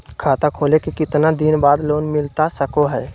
खाता खोले के कितना दिन बाद लोन मिलता सको है?